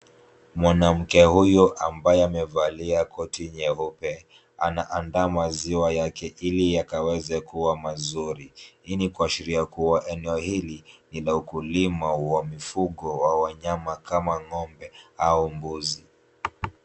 Mwanamke huyu ambaye amevalia koti jeupe anaanda maziwa yake ili yakaweze kuwa mazuri. Hii ni kuashiria eneo hili lina ukulima wa mifugo kama ng'ombe au mbuzi.